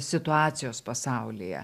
situacijos pasaulyje